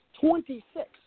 Twenty-six